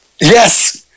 Yes